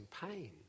pain